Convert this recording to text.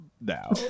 now